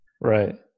Right